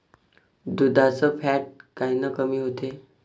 दुधाचं फॅट कायनं कमी होते?